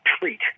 treat